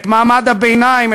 את מעמד הביניים,